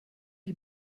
die